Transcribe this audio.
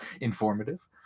informative